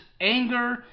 anger